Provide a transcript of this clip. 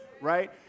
right